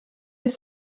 les